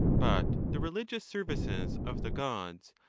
but the religious services of the gods,